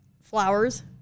flowers